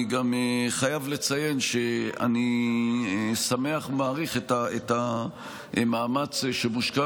אני גם חייב לציין שאני שמח ומעריך את המאמץ שמושקע